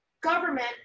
government